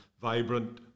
vibrant